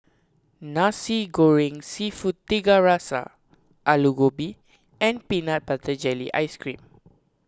Nasi Goreng Seafood Tiga Rasa Aloo Gobi and Peanut Butter Jelly Ice Cream